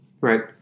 right